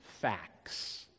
facts